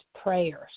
prayers